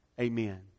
Amen